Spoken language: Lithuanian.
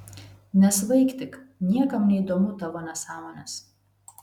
nesvaik tik niekam neįdomu tavo nesąmonės